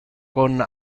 con